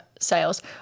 sales